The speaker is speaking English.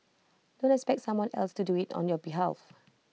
don't expect someone else to do IT on your behalf